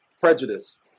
prejudice